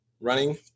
running